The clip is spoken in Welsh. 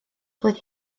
doedd